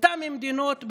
אותן מדינות,